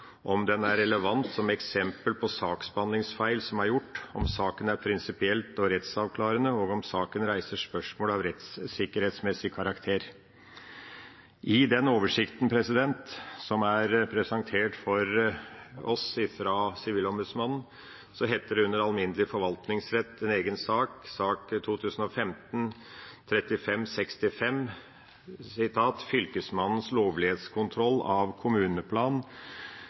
om den er relevant som eksempel på saksbehandlingsfeil som er gjort, om saken er prinsipiell og rettsavklarende og om saken reiser spørsmål av rettssikkerhetsmessig karakter.» I den oversikten, som er presentert for oss av Sivilombudsmannen, heter det under Alminnelig forvaltningsrett,